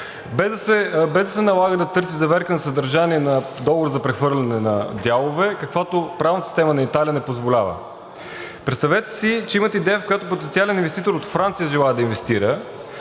без да се налага да търси заверка на съдържание на договор за прехвърляне на дялове, каквато правната система на Италия не позволява. Представете си, че имате идея, в която потенциален инвеститор от Франция желае да инвестира,